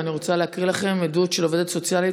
ואני רוצה להקריא לכם עדות של עובדת סוציאלית